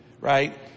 Right